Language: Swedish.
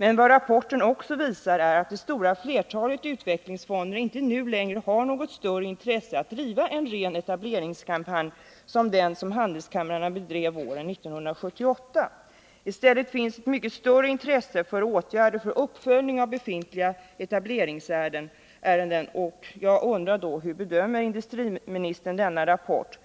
Men vad rapporten också visar är att det stora flertalet utvecklingsfonder inte nu längre har något större intresse av att driva en ren etableringskampanj som den som handelskamrarna bedrev våren 1978. I stället finns ett mycket större intresse för åtgärder för uppföljning av befintliga etableringsärenden. Jag undrar hur industriministern bedömer denna rapport?